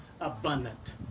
abundant